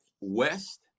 West